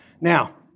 Now